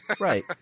Right